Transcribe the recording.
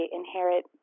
inherit